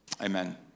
Amen